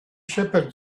shepherd